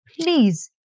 Please